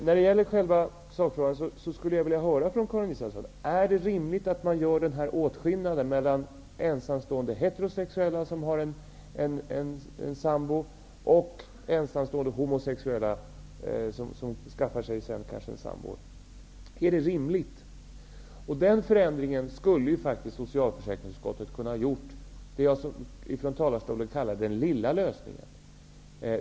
Jag skulle vilja höra från Karin Israelsson om det i denna sakfråga är rimligt att göra denna åtskillnad mellan ensamstående heterosexuella föräldrar med sambo och ensamstående homosexuella föräldrar med sambo. Den förändringen skulle socialförsäkringsutskottet ha kunnat göra. Det är det jag kallar den lilla lösningen.